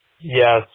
Yes